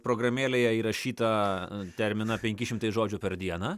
programėlėje įrašytą terminą penki šimtai žodžių per dieną